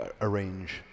arrange